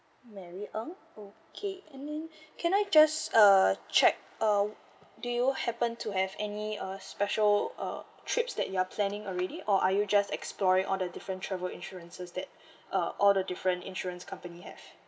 mary ng okay and then can I just uh check uh do you happen to have any uh special uh trips that you are planning already or are you just exploring all the different travel insurances that uh all the different insurance company have